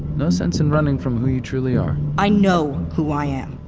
no sense in running from who you truly are i know who i am.